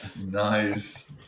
Nice